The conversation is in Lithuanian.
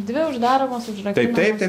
dvi uždaromos užrakinamos